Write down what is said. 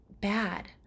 bad